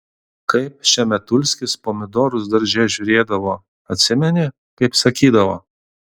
kaip šemetulskis pomidorus darže žiūrėdavo atsimeni kaip sakydavo